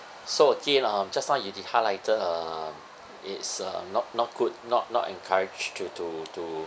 so again uh just now you did highlighted um it's uh not not good not not encouraged to to to